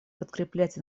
подкреплять